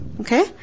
okay